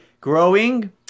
growing